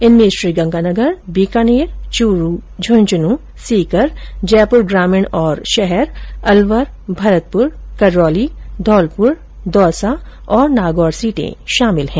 इनमें गंगानगर बीकानेर चूरू झुन्झुन्ने सीकर जयपुर ग्रामीण और शहर अलवर भरतपुर करौली धौलपुर दौसा और नागौर सीटें शामिल है